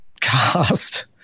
cast